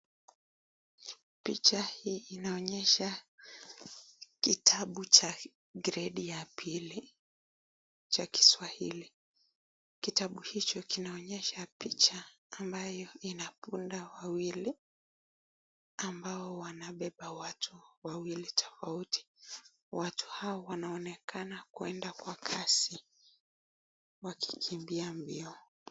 Picha hii inaonyesha kitabu cha gredi ya pili cha Kiswahili. Kitabu hicho kinaonyesha picha ambayo ina punda wawili ambao wanabeba watu wawili tofauti. Watu hao wanaonekana kwenda kwa kasi wakikimbia mbio.